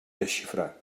desxifrar